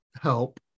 help